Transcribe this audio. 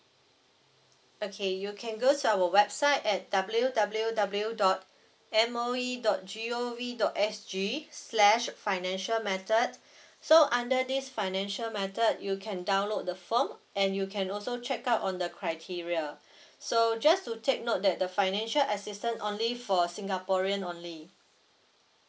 okay you can go to our website at W W W dot M_O_E dot G_O_V dot S_G slash financial method so under this financial method you can download the form and you can also check out on the criteria so just to take note that the financial assistance only for singaporean only